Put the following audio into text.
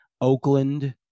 Oakland